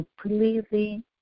completely